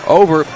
over